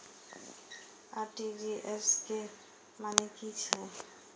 RTGS के की मानें हे छे?